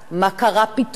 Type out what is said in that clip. מה קרה פתאום?